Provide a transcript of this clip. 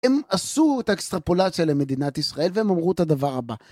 הם עשו את האקסטרפולציה למדינת ישראל והם אמרו את הדבר הבא: